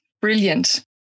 Brilliant